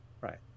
Right